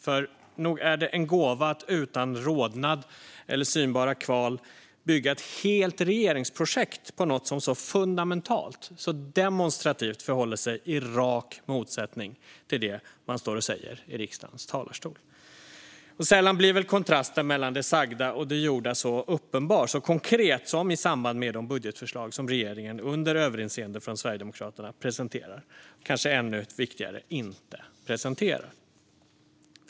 För nog är det en gåva att utan rodnad eller synbara kval bygga ett helt regeringsprojekt på något som så fundamentalt, så demonstrativt, förhåller sig i rak motsättning till det man står och säger i riksdagens talarstol. Och sällan blir väl kontrasten mellan det sagda och det gjorda så uppenbar, så konkret, som i samband med de budgetförslag som regeringen, under överinseende av Sverigedemokraterna, presenterar och, kanske ännu viktigare, inte presenterar.